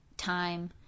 time